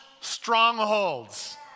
strongholds